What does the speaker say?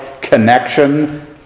connection